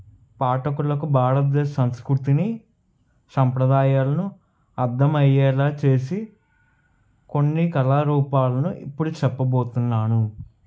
పాఠకులకు భారతదేశ సంస్కృతిని సంప్రదాయాలను అర్థమయ్యేలా చేసి కొన్ని కళారూపాలను ఇప్పుడు చెప్పబోతున్నాను